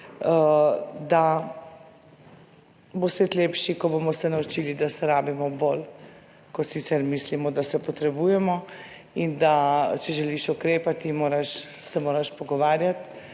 da bo svet lepši, ko bomo se naučili, da se rabimo bolj kot sicer mislimo, da se potrebujemo, in da če želiš ukrepati, moraš, se moraš pogovarjati,